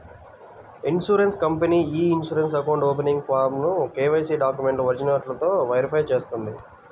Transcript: insurance company ఇ insurance account opening ఫారమ్ను KYC డాక్యుమెంట్ల ఒరిజినల్లతో వెరిఫై చేస్తుంది